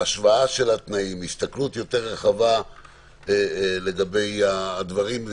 השוואה של התנאים, הסתכלות יותר רחבה לגבי הדברים.